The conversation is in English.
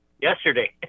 yesterday